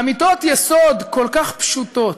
אמיתות יסוד כל כך פשוטות,